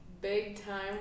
big-time